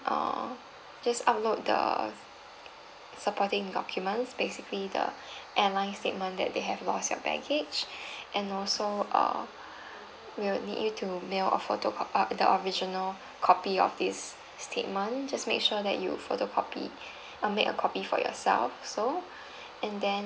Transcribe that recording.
err just upload the supporting documents basically the airline statement that they have lost your baggage and also uh we'll need you to mail a photocopy uh the original copy of this statement just make sure that you photocopy uh make a copy for yourself also and then